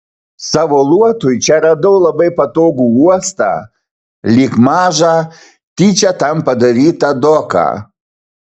savo luotui čia radau labai patogų uostą lyg mažą tyčia tam padarytą doką